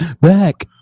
Back